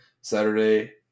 Saturday